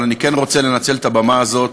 אבל אני כן רוצה לנצל את הבמה הזאת,